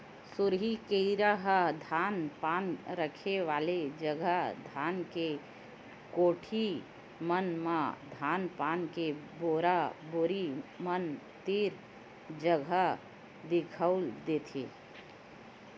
सुरही कीरा ह धान पान रखे वाले जगा धान के कोठी मन म धान पान के बोरा बोरी मन तीर जादा दिखउल देथे